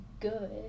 good